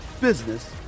business